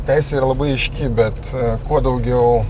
teisė yra labai aiški bet kuo daugiau